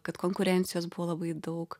kad konkurencijos buvo labai daug